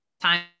time